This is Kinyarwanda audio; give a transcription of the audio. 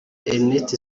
ernest